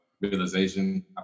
realization